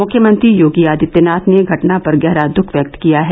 मुख्यमंत्री योगी आदित्यनाथ ने घटना पर गहरा दुख व्यक्त किया है